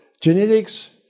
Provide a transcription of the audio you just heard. genetics